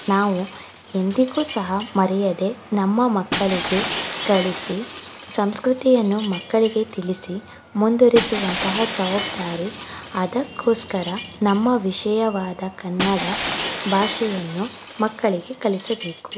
ನಾವು ಎಂದಿಗೂ ಸಹ ಮರೆಯದೆ ನಮ್ಮ ಮಕ್ಕಳಿಗೆ ಕಲಿಸಿ ಸಂಸ್ಕೃತಿಯನ್ನು ಮಕ್ಕಳಿಗೆ ತಿಳಿಸಿ ಮುಂದುವರಿಸುವಂತಹ ಜವಾಬ್ದಾರಿ ಅದಕ್ಕೋಸ್ಕರ ನಮ್ಮ ವಿಷಯವಾದ ಕನ್ನಡ ಭಾಷೆಯನ್ನು ಮಕ್ಕಳಿಗೆ ಕಲಿಸಬೇಕು